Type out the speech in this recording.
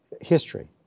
history